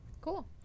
Cool